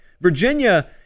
Virginia